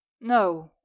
No